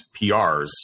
PRs